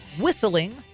whistling